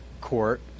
court